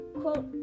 quote